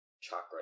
chakra